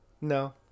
No